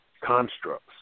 constructs